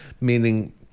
meaning